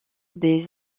des